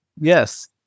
Yes